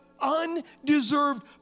undeserved